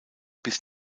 bis